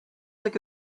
like